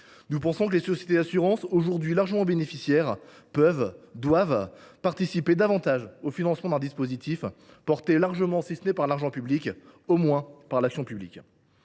du tout ! Les sociétés d’assurance, aujourd’hui largement bénéficiaires, peuvent et doivent participer davantage au financement d’un dispositif largement soutenu sinon par l’argent public, du moins par l’action publique.